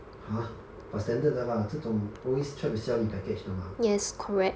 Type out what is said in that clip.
!huh! but standard 的啦这种 always try to sell 你 package 的 [what]